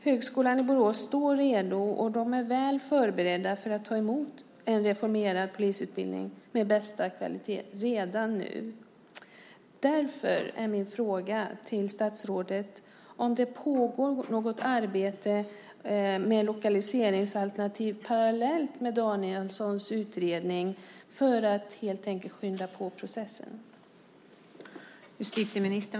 Högskolan i Borås står redo och är väl förberedd att ta emot en reformerad polisutbildning med bästa kvalitet redan nu. Därför är min fråga till statsrådet om det pågår något arbete med lokaliseringsalternativ parallellt med Danielssons utredning för att helt enkelt skynda på processen.